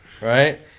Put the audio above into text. Right